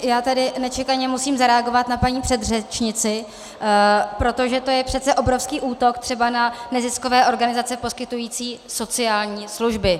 Já tady nečekaně musím zareagovat na paní předřečnici, protože to je přece obrovský útok třeba na neziskové organizace poskytující sociální služby.